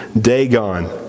dagon